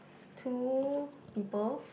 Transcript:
two people